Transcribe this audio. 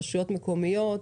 רשויות מקומיות.